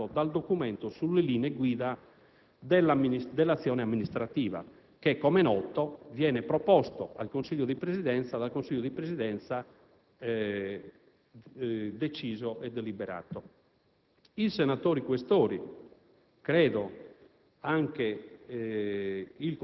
emerse un orientamento conforme al testo attualmente recato dal documento sulle linee guida dell'azione amministrativa che, come è noto, viene proposto al Consiglio di Presidenza e da